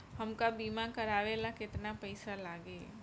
हमका बीमा करावे ला केतना पईसा लागी?